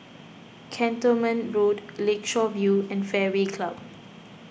Cantonment Road Lakeshore View and Fairway Club